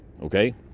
okay